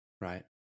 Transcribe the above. right